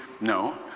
no